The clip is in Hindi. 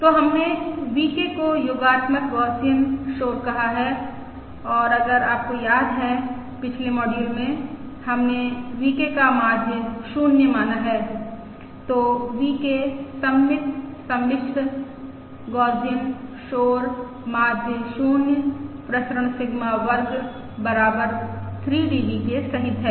तो हमने VK को योगात्मक गौसियन शोर कहा है और अगर आपको याद है पिछले मॉड्यूल में हमने VK का माध्य 0 माना है तो VK सममित सम्मिश्र गौसियन शोर माध्य 0 प्रसरण सिग्मा वर्ग बराबर 3 DB के सहित है